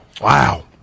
Wow